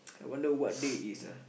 I wonder what day it is ah